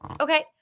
Okay